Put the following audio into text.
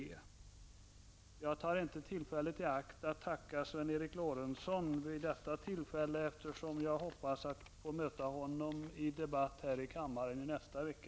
Jag tar inte detta tillfälle i akt att tacka Sven Eric Lorentzon, eftersom jag hoppas att få möta honom i debatt här i kammaren i nästa vecka.